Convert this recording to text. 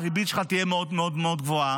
הריבית שלך תהיה מאוד מאוד גבוהה.